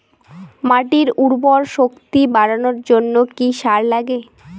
মাটির উর্বর শক্তি বাড়ানোর জন্য কি কি সার লাগে?